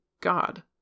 God